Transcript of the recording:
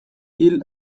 hil